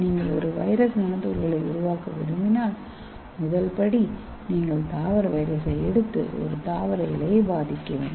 நீங்கள் ஒரு virus nano துகள்களை உருவாக்க விரும்பினால் முதல் படி நீங்கள் தாவர வைரஸை எடுத்து ஒரு தாவர இலையை பாதிக்க வேண்டும்